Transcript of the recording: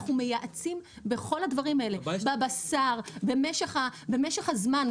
אנחנו מייעצים בכל הדברים האלה בבשר, במשך הזמן.